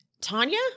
Tanya